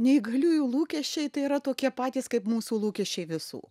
neįgaliųjų lūkesčiai tai yra tokie patys kaip mūsų lūkesčiai visų